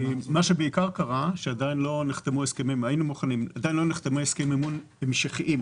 מה שקרה בעיקר הוא שעדיין לא נחתמו הסכמי מימון המשכיים.